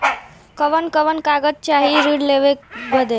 कवन कवन कागज चाही ऋण लेवे बदे?